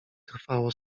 trwało